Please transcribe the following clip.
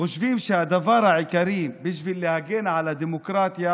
שחושבים שהדבר העיקרי בשביל להגן על הדמוקרטיה